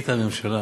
החליטה הממשלה